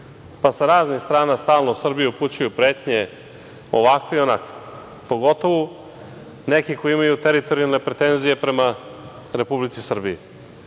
Pa sa raznih strana stalno Srbiji upućuju pretnje ovakve i onakve, pogotovo neki koji imaju teritorijalne pretenzije prema Republici Srbiji,